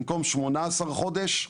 במקום 18 חודשים,